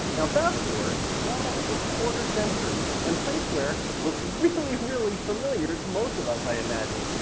now, fast forward, almost a quarter century and placeware looks really, really familiar to most of us, i imagine.